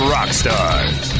Rockstars